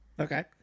okay